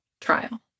trial